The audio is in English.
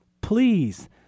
please